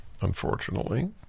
unfortunately